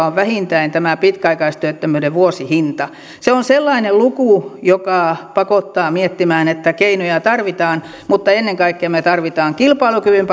on vähintään tämä pitkäaikaistyöttömyyden vuosihinta se on sellainen luku joka pakottaa miettimään että keinoja tarvitaan mutta ennen kaikkea me me tarvitsemme kilpailukyvyn